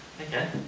Okay